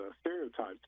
stereotypes